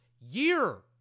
year